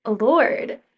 Lord